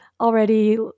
already